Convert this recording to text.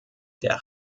der